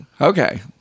Okay